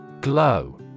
Glow